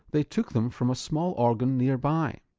they took them for a small organ nearby